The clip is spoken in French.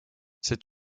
cet